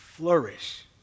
flourish